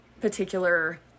particular